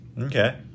okay